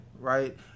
Right